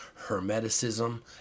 Hermeticism